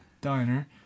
diner